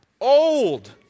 Old